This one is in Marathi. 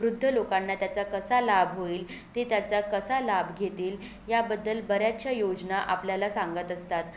वृद्ध लोकांना त्याचा कसा लाभ होईल ते त्याचा कसा लाभ घेतील याबद्दल बऱ्याचशा योजना आपल्याला सांगत असतात